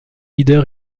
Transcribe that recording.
leader